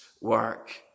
work